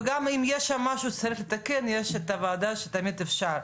וגם אם יש שם משהו שצריך לתקן יש את הוועדה שתמיד אפשר.